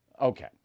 Okay